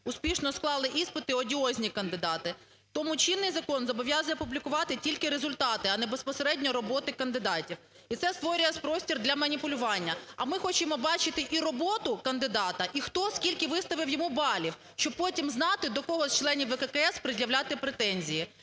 успішно склали іспити одіозні кандидати. Тому чинний закон зобов'язує публікувати тільки результати, а не безпосередньо роботи кандидатів, і це створює простір для маніпулювання. А ми хочемо бачити і роботу кандидата, і хто скільки виставив йому балів, щоб потім знати, до кого з членів ВККС пред'являти претензії.